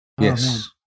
Yes